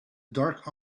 dark